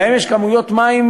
להם יש כמויות מים